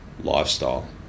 lifestyle